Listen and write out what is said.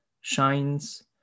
shines